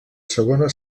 segona